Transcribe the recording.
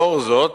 לאור זאת